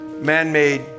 man-made